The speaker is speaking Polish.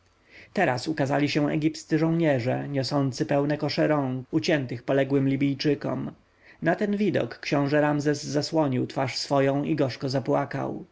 teraz ukazali się egipscy żołnierze niosący pełne kosze rąk uciętych poległym libijczykom na ten widok książę ramzes zasłonił twarz swoją i gorzko zapłakał